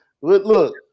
Look